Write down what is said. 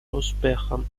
успехом